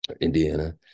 indiana